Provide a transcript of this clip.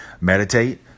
meditate